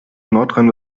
nordrhein